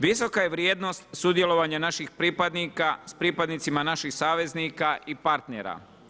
Visoka je vrijednost sudjelovanja naših pripadnika s pripadnicima naših saveznika i partnera.